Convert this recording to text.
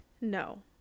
No